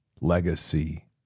legacy